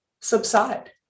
subside